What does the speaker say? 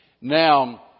Now